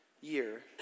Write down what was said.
year